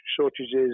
shortages